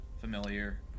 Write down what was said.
familiar